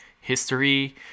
history